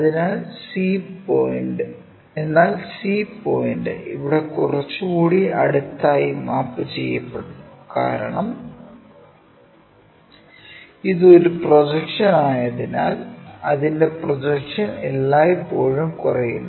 എന്നാൽ c point ഇവിടെ കുറച്ചുകൂടി അടുത്തായി മാപ്പ് ചെയ്യപ്പെടുന്നു കാരണം ഇത് ഒരു പ്രൊജക്ഷൻ ആയതിനാൽ അതിന്റെ പ്രൊജക്ഷൻ എല്ലായ്പ്പോഴും കുറയുന്നു